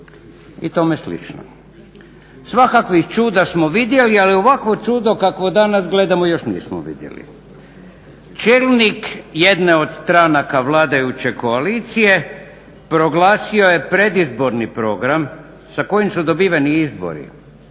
i tome slično. Svakakvih čuda smo vidjeli ali ovakvo čudo kakvo danas gledamo još nismo vidjeli. Čelnik od jedne od stranaka vladajuće koalicije proglasio je predizborni program sa kojim su dobiveni izbori,